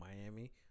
Miami